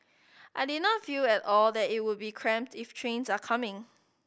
I did not feel at all that it would be cramped if trains are coming